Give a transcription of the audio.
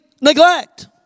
neglect